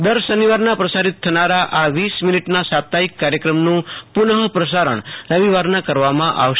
દર શનિવારના પ્રસારિત થનારા આ વીસ મિનિટના સાપ્તાહિક કાર્યક્રમનું પુનઃપ્રસારણ રવિવારના કરવામાં આવશે